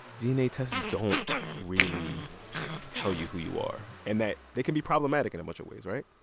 dna tests don't really tell you who you are and that they can be problematic in a bunch of ways, right?